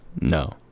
no